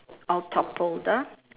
all toppled ah